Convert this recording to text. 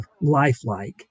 lifelike